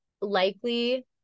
Likely